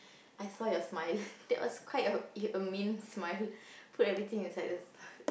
I saw your smile that was quite a a mean smile put everything inside the